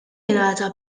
jingħata